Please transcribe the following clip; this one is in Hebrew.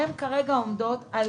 הן כרגע עומדות על